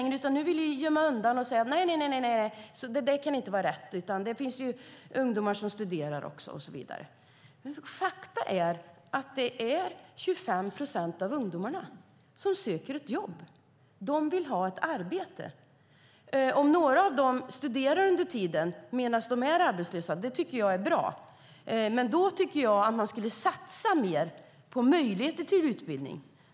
Ni vill gömma undan detta och säger att det inte kan vara rätt utan att det finns ungdomar som studerar och så vidare. Men fakta är att 25 procent av ungdomarna söker ett jobb. De vill ha ett arbete. Om några av dem studerar medan de är arbetslösa är det bra. Men då tycker jag att man skulle satsa mer på möjligheter till utbildning.